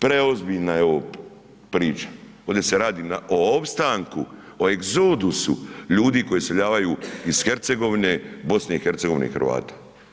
Preozbiljna je ovo priča, ovdje se radi o opstanku o egzodusu ljudi koji iseljavaju iz Hercegovine, BiH i Hrvata.